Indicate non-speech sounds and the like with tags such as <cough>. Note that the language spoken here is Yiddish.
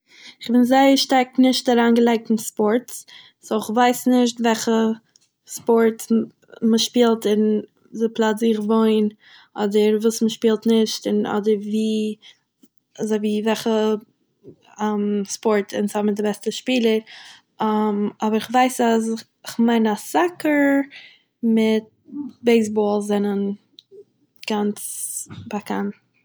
איך בין זייער שטארק נישט אריינגעלייגט אין ספארטס, סוי, כ'ווייס נישט וועכע ספארטס מ' מ'שפילט אין די פלאץ וואו איך וואוין, אדער וואס מ'שפילט נישט און אדער וואו אזוי ווי וועכע <hesitation> ספארטס אונז האממיר די בעסטע שפילער <hesitation> אבער כ'ווייס אז כ'מיין אז סאקער מיט בעיס-באל זענען גאנץ באקאנט.